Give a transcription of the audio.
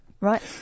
Right